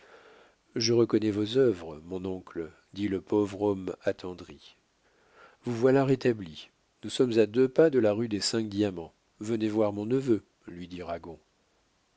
je reconnais vos œuvres mon oncle dit le pauvre homme attendri vous voilà rétabli nous sommes à deux pas de la rue des cinq diamants venez voir mon neveu lui dit ragon